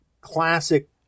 classic